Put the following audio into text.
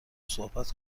صحبت